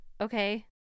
okay